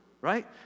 right